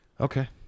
Okay